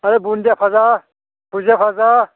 आर बुन्दिया फाजा भुजिया फाजा